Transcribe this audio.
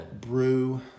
Brew